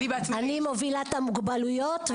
אני מובילה את המוגבלויות,